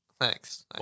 Thanks